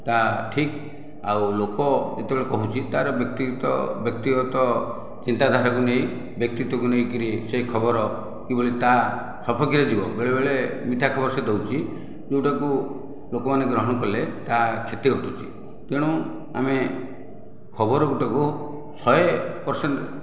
ତା ଠିକ୍ ଆଉ ଲୋକ ଯେତେବଳେ କହୁଛି ତାର ବ୍ୟକ୍ତିଗତ ବ୍ୟକ୍ତିଗତ ଚିନ୍ତାଧାରକୁ ନେଇ ବ୍ୟକ୍ତିତ୍ଵକୁ ନେଇକିରି ସେହି ଖବର କିଭଳି ତା ସପକ୍ଷରେ ଯିବ ବେଳେବେଳେ ମିଥ୍ୟା ଖବର ସେ ଦେଉଛି ଯେଉଁଟାକୁ ଲୋକମାନେ ଗ୍ରହଣ କଲେ ତା କ୍ଷତି ଘଟୁଅଛି ତେଣୁ ଆମେ ଖବର ଗୁଟାକୁ ଶହେ ପରସେଣ୍ଟ